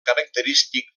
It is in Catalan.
característic